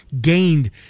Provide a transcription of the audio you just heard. gained